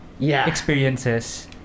experiences